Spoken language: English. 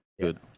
good